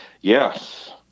Yes